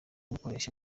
gukoresha